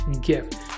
gift